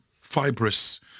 fibrous